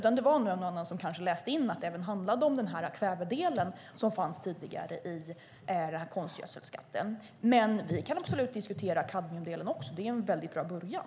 Det var nog en och annan som läste in att det även handlade om denna kvävedel som fanns tidigare i konstgödselskatten. Men vi kan absolut diskutera kadmiumdelen också. Det är en mycket bra början.